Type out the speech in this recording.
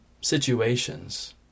situations